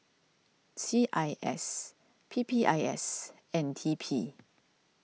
C I S P P I S and T P